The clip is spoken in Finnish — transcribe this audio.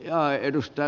ja edustaa